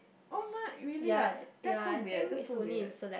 !oh my! really ah that's so weird that's so weird